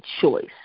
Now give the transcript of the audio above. choice